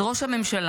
אז ראש הממשלה,